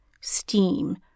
Steam